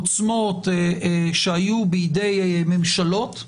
עוצמות שהיו בידי ממשלות,